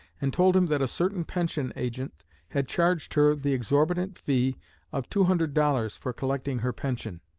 and told him that a certain pension agent had charged her the exorbitant fee of two hundred dollars for collecting her pension.